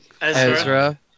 Ezra